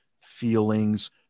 feelings